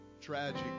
tragic